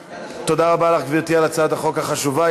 תודה רבה לך, גברתי, על הצעת החוק החשובה.